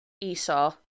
Esau